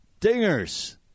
Dingers